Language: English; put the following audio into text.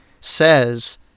says